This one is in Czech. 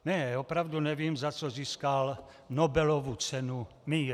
Ne, opravdu nevím, za co získal Nobelovu cenu míru.